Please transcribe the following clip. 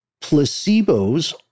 Placebos